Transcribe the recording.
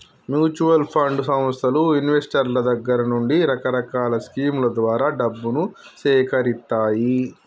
mutual fund సంస్థలు ఇన్వెస్టర్ల దగ్గర నుండి రకరకాల స్కీముల ద్వారా డబ్బును సేకరిత్తాయి